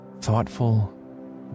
thoughtful